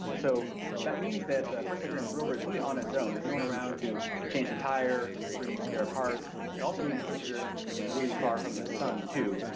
so that means that the perseverance rover is really on its own, there's no one around to change the tire, bring you spare parts, it also means perseverance is going to be really far from the sun too,